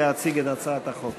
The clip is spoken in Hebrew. להציג את הצעת החוק.